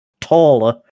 taller